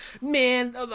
man